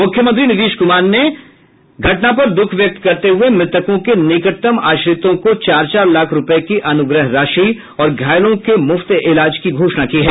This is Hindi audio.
मुख्यमंत्री नीतीश कुमार नेघटना पर दुःख व्यक्त करते हुए मृतकों के निकटतम आश्रितों को चार चार लाख रुपये की अनुग्रह राशि और घायलों के मुफ्त इलाज की घोषणा की है